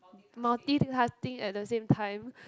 multitasking at the same time